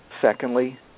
Secondly